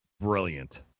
Brilliant